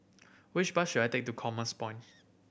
which bus should I take to Commerce Point